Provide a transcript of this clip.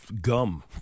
gum